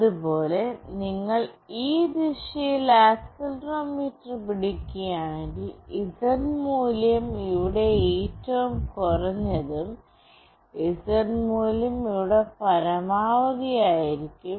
അതുപോലെ നിങ്ങൾ ഈ ദിശയിൽ ആക്സിലറോമീറ്റർ പിടിക്കുകയാണെങ്കിൽ Z മൂല്യം ഇവിടെ ഏറ്റവും കുറഞ്ഞതും Z മൂല്യം ഇവിടെ പരമാവധി ആയിരിക്കും